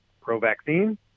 pro-vaccine